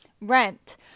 rent